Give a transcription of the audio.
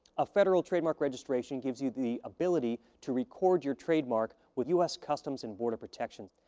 a federal trademark registration gives you the ability to record your trademark with us customs and border protection.